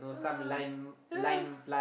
yeah yeah